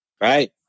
Right